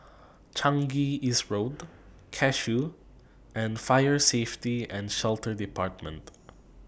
Changi East Road Cashew and Fire Safety and Shelter department